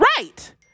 Right